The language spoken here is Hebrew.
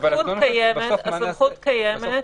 הסמכות קיימת.